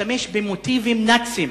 משתמש במוטיבים נאציים